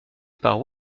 par